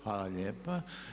Hvala lijepa.